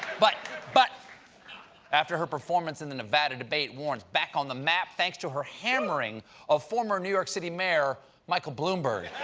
but but after her performance in the nevada debate warren's back on the map thanks to her hammering of former new york city mayor michael bloomberg.